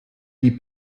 die